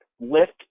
lift